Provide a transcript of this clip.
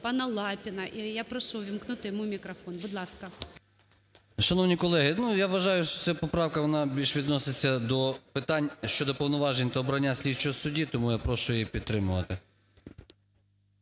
пана Лапіна. І я прошу ввімкнути йому мікрофон. Будь ласка. 10:54:25 ЛАПІН І.О. Шановні колеги, я вважаю, що ця поправка вона більш відноситься до питань щодо повноважень та обрання слідчого судді, тому я прошу її підтримувати.